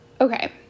okay